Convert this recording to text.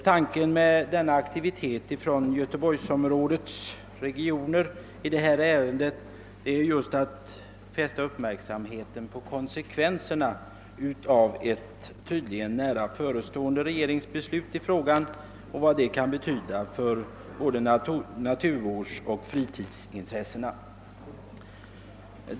Tanken med den aktivitet som utvecklas från göteborgsregionen i detta ärende är just att fästa uppmärksamheten på konsekvenserna av ett tydligen nära förestående regeringsbeslut i frågan och på vad detta kan betyda för både naturvårdsoch fritidsintressena.